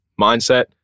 mindset